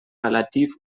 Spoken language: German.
relativ